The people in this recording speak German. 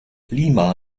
lima